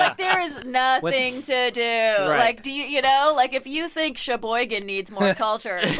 like there is nothing to do. like, do you you know? like, if you think sheboygan needs more culture,